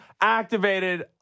activated